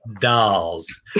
dolls